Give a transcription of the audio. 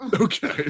Okay